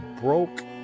broke